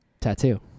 Tattoo